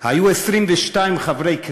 היו 22 חברים,